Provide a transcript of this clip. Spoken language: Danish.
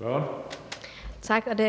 er